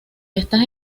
estás